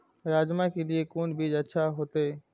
राजमा के लिए कोन बीज अच्छा होते?